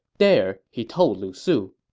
there, he told lu su,